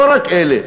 לא רק אלה,